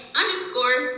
underscore